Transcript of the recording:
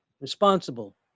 responsible